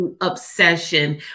obsession